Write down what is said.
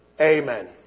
Amen